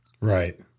Right